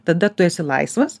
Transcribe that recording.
tada tu esi laisvas